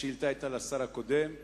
השאילתא היתה לשר הקודם,